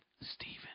Stephen